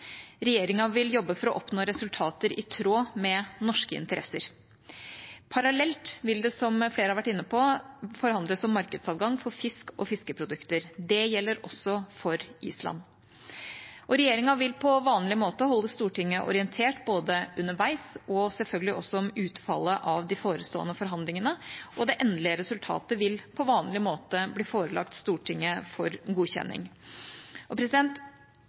Regjeringa vil jobbe for å oppnå resultater i tråd med norske interesser. Parallelt vil det, som flere har vært inne på, forhandles om markedsadgang for fisk og fiskeprodukter. Det gjelder også for Island. Regjeringa vil på vanlig måte holde Stortinget orientert både underveis og selvfølgelig også om utfallet av de forestående forhandlingene, og det endelige resultatet vil på vanlig måte bli forelagt Stortinget for godkjenning.